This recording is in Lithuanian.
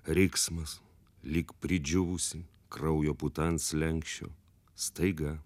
riksmas lyg pridžiūvusi kraujo puta ant slenksčio staiga